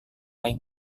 lain